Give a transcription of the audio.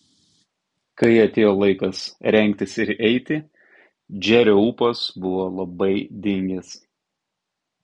kai atėjo laikas rengtis ir eiti džerio ūpas buvo labai dingęs